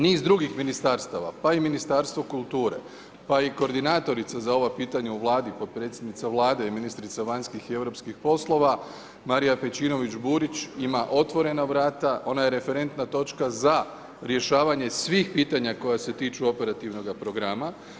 Niz drugih ministarstava, pa i Ministarstvo kulture, pa i koordinatorica za ova pitanja u Vladi, potpredsjednica vlade i ministrica vanjskih i europskih poslova, Marija Pejčinović Burić, ima otvorena vrata, ona je referentna točka za rješavanje svih pitanja, koja se tiču operativnoga programa.